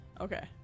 Okay